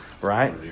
right